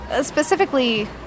specifically